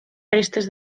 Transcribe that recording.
restes